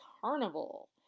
carnival